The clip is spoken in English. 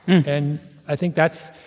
and i think that's